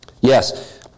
Yes